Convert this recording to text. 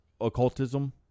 occultism